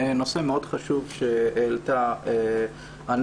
נושא מאוד חשוב שהעלתה ענת,